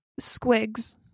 Squigs